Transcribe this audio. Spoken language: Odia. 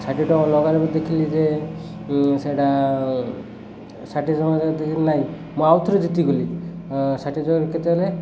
ଷାଠିଏ ଟଙ୍କା ଲଗାଇ ବି ଦେଖିଲି ଯେ ସେଇଟା ଷାଠିଏ ଟଙ୍କା ଦେଖିଲି ନାଇଁ ମୁଁ ଆଉ ଥରେ ଜିତିିଗଲି ଷାଠିଏ ଟଙ୍କା କେତେ ହେଲେ